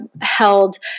held